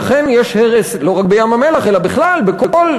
ואכן יש הרס לא רק בים-המלח אלא בכלל בכל,